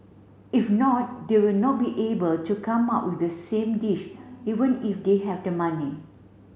if not they will not be able to come up with the same dish even if they have the money